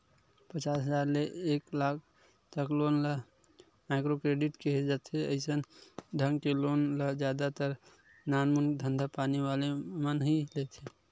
पचास हजार ले एक लाख तक लोन ल माइक्रो क्रेडिट केहे जाथे अइसन ढंग के लोन ल जादा तर नानमून धंधापानी वाले मन ह ही लेथे